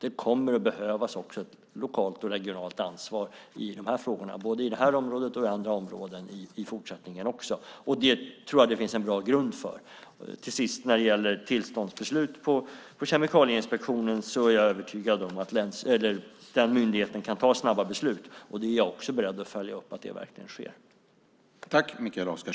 Ett lokalt och regionalt ansvar kommer också fortsättningsvis att behövas i de här frågorna i det här området och i andra områden. Jag tror att det finns en bra grund för det. Jag är övertygad om att Kemikalieinspektionen kan fatta snabba tillståndsbeslut. Jag är också beredd att följa upp att det verkligen sker.